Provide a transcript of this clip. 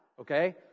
okay